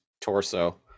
torso